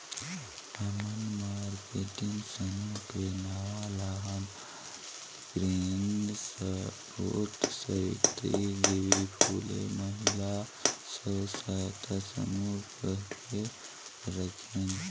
हमन मारकेटिंग समूह के नांव ल हमर प्रेरन सरोत सावित्री देवी फूले महिला स्व सहायता समूह कहिके राखेन